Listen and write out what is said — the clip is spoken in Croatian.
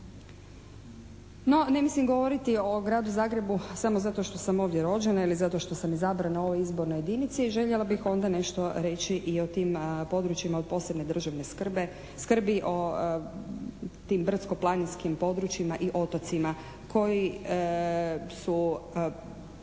ne mislim govoriti o Gradu Zagrebu samo zato što sam ovdje rođena ili zato što sam izabrana u ovoj izbornoj jedinici. Željela bih onda nešto reći i o tim područjima od posebne državne skrbi, o tim brdsko-planinskim područjima i otocima koji su